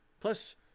Plus